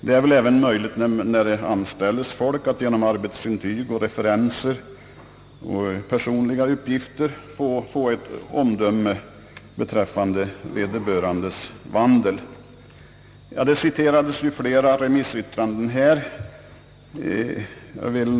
Det är väl även möjligt, när det anställs folk, att genom arbetsintyg, referenser och personliga uppgifter få ett omdöme om vederbörandes vandel. Det citerades flera remissyttranden här av de föregående ärade talarna.